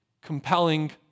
compelling